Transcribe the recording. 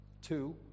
Two